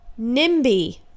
Nimby